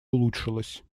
улучшилась